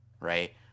right